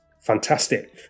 Fantastic